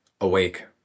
awake